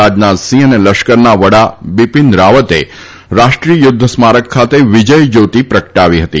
રાજનાથસિંહ અને લશ્કરના વડા બીપીન રાવતે રાષ્ટ્રીય યુદ્ધ સ્મારક ખાતે વિજય શ્યોતી પ્રગટાવી હતી